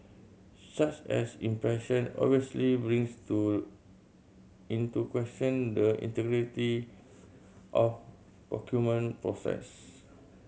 such as impression obviously brings to into question the integrity of procurement process